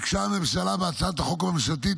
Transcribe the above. ביקשה הממשלה בהצעת החוק הממשלתית,